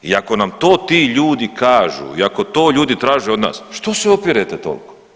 I ako nam to ti ljudi kažu i ako to ljudi traže od nas što se opirete toliko?